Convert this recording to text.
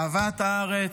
אהבת הארץ,